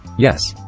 yes.